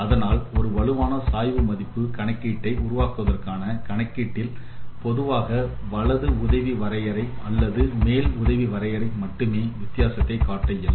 அதனால் ஒரு வலுவான சாய்வு மதிப்பு கணக்கீட்டை உருவாக்குவதற்கான கணக்கீட்டில் பொதுவாக வலது உதவி வரையறை அல்லது மேல் உதவி வரையறை மட்டுமே வித்தியாசத்தை கணக்கிட இயலும்